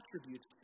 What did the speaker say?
attributes